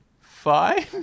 fine